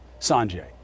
Sanjay